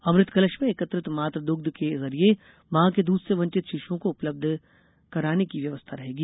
अमृत कलश में एकत्रित मातृ दुग्ध के जरिये मां के दूध से वंचित शिशुओं को उपलब्ध कराने की व्यवस्था रहेगी